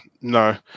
No